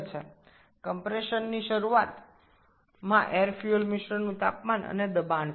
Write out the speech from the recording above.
সংকোচনের শুরুতে বায়ু ও জ্বালানী মিশ্রণের তাপমাত্রা এবং চাপ আছে